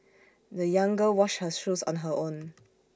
the young girl washed her shoes on her own